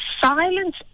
silence